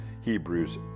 Hebrews